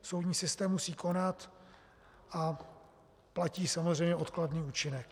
Soudní systém musí konat a platí samozřejmě odkladný účinek.